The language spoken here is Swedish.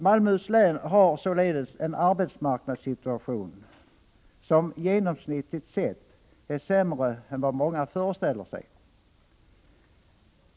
Malmöhus län har således en arbetsmarknadssituation som, genomsnittligt sett, är sämre än vad många föreställer sig.